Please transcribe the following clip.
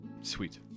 Sweet